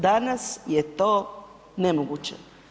Danas je to nemoguće.